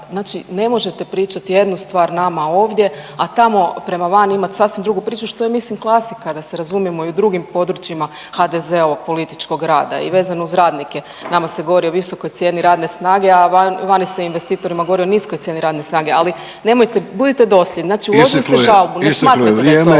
Znači ne možete pričati jednu stvar nama ovdje, a tamo prema van imati sasvim drugu priču što je mislim klasika da se razumijemo i u drugim područjima HDZ-ovog političkog rada. I vezano uz radnike, nama se govori o visokoj cijeni radne snage, a vani se investitorima govori o niskoj cijeni radne snage, ali nemojte, budite dosljedni …/Upadica: Isteklo, isteklo je